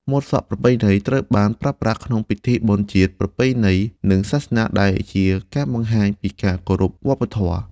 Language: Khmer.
ម៉ូតសក់ប្រពៃណីត្រូវបានប្រើប្រាស់ក្នុងពិធីបុណ្យជាតិ ប្រពៃណី និងសាសនា ដែលជាការបង្ហាញពីការគោរពវប្បធម៌។